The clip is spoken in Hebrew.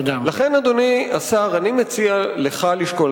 לכן, אדוני השר, אני מציע לך לשקול.